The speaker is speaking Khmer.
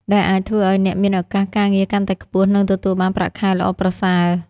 ដែលអាចធ្វើឱ្យអ្នកមានឱកាសការងារកាន់តែខ្ពស់និងទទួលបានប្រាក់ខែល្អប្រសើរ។